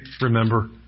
remember